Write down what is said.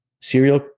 serial